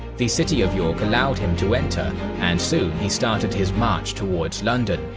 the city of york allowed him to enter and soon he started his march towards london,